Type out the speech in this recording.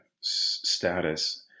status –